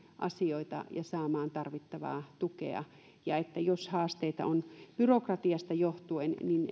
asioita ja saamaan tarvittavaa tukea ja jos haasteita on byrokratiasta johtuen